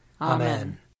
Amen